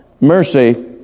mercy